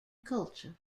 culture